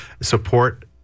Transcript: support